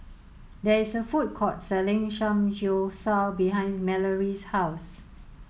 there is a food court selling Samgyeopsal behind Mallory's house